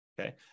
Okay